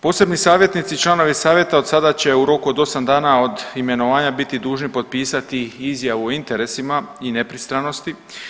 Posebni savjetnici i članovi savjeta od sada će u roku od 8 dana od imenovanja biti dužni potpisati i izjavu o interesima i nepristranosti.